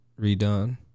redone